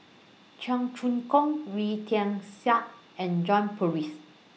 Cheong Choong Kong Wee Tian Siak and John Purvis